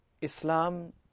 Islam